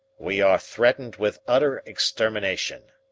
we are threatened with utter extermination.